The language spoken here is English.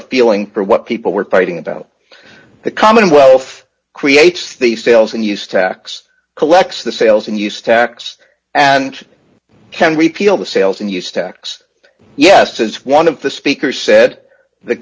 a feeling for what people were fighting about the commonwealth creates the sales and use tax collects the sales and use tax and can repeal the sales and use tax yes it's one of the speakers said the